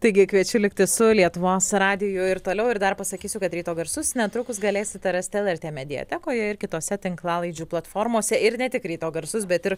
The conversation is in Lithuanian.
taigi kviečiu likti su lietuvos radiju ir toliau ir dar pasakysiu kad ryto garsus netrukus galėsite rasti lrt mediatekoje ir kitose tinklalaidžių platformose ir ne tik ryto garsus bet ir